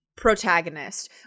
protagonist